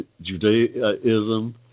Judaism